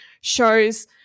shows